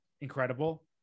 incredible